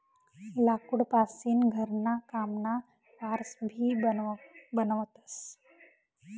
लाकूड पासीन घरणा कामना फार्स भी बनवतस